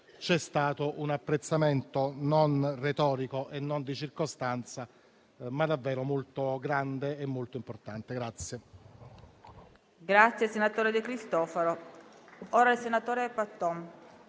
c'è stato un apprezzamento non retorico e non di circostanza, ma davvero molto grande e molto importante.